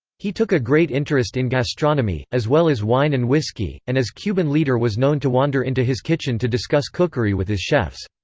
he took a great interest in gastronomy, as well as wine and whisky, and as cuban leader was known to wander into his kitchen to discuss cookery with his chefs.